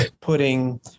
putting